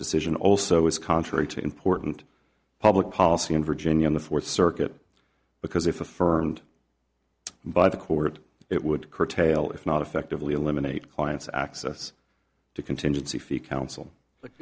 decision also is contrary to important public policy in virginia in the fourth circuit because if affirmed by the court it would curtail if not effectively eliminate clients access to contingency fee counsel